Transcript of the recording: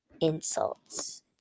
insults